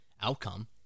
outcome